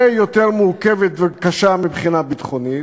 יותר מורכבת וקשה מבחינה ביטחונית,